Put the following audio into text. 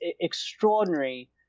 extraordinary